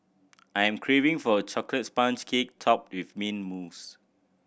I am craving for a chocolate sponge cake topped with mint mousse